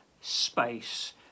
space